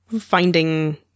finding